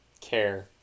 care